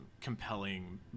compelling